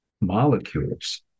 molecules